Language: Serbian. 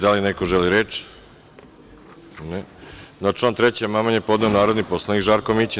Da li neko želi reč? (Ne) Na član 3. amandman je podneo narodni poslanik Žarko Mićin.